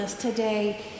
today